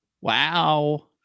Wow